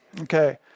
Okay